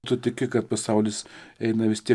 tu tiki kad pasaulis eina vis tie